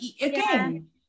again